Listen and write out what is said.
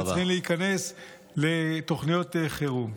וצריכים להיכנס לתוכניות חירום?